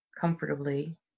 comfortably